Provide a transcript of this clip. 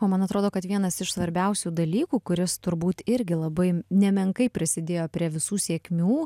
o man atrodo kad vienas iš svarbiausių dalykų kuris turbūt irgi labai nemenkai prisidėjo prie visų sėkmių